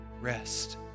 rest